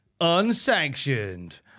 Unsanctioned